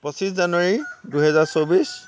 পঁচিছ জানুৱাৰী দুহেজাৰ চৌব্বিছ